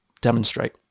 demonstrate